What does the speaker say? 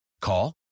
Call